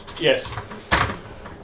Yes